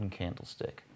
candlestick